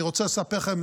אני רוצה לספר לכם